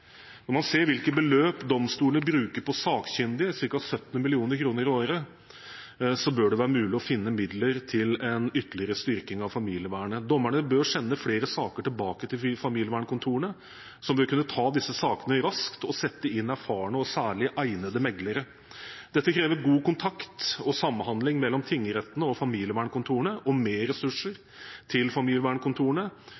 Når man ser hvilke beløp domstolene bruker på sakkyndige – ca. 70 mill. kr i året – bør det være mulig å finne midler til en ytterligere styrking av familievernet. Dommerne bør sende flere saker tilbake til familievernkontorene, som vil kunne ta disse sakene raskt og sette inn erfarne og særlig egnede meglere. Dette krever god kontakt og samhandling mellom tingretten og familievernkontorene og mer ressurser til familievernkontorene.